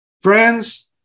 friends